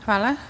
Hvala.